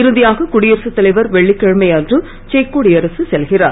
இறுதியாக குடியரசுத் தலைவர் வெள்ளிக்கிழமை அன்று செக் குடியரசுக்கு செல்கிறார்